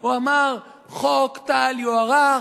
הוא אמר: חוק טל יוארך,